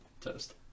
toast